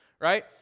right